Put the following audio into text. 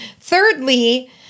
thirdly